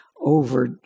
over